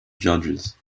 judges